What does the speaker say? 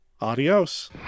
Adios